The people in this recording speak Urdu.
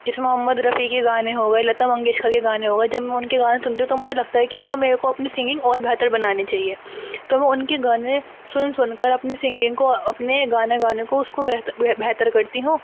جیسے محمد رفیع کے گانے ہو گئے لتا منگیشکر کے گانے ہوگئے جب میں ان کے گانے سنتی ہوں تو مجھے لگتا ہے کہ ہاں میرے کو اپنی سنگنگ اور بہتر بنانی چاہئے تو میں ان کے گانے سن سن کر اپنی سنگنگ کو اپنے گانے گانے کو اس کو ب بہتر کرتی ہوں